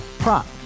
Prop